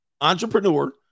entrepreneur